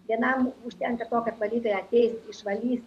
vienam užtenka to kad valytoja ateis išvalys